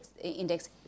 index